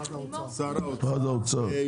משרד האוצר?